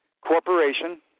corporation